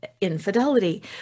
infidelity